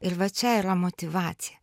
ir va čia yra motyvacija